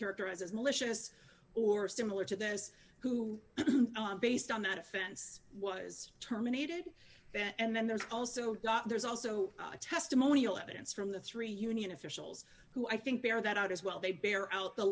characterized as malicious or similar to those who based on that offense was terminated and then there's also there's also a testimonial evidence from the three union officials who i think bear that out as well they bear out the